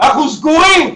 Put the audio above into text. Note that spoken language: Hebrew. אנחנו סגורים.